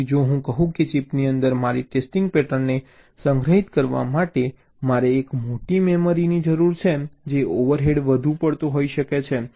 તેથી જો હું કહું કે ચિપની અંદર મારી ટેસ્ટિંગ પેટર્નને સંગ્રહિત કરવા માટે મારે એક મોટી મેમરી ની જરૂર છે જે ઓવરહેડ વધુ પડતો હોઈ શકે છે